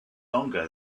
longer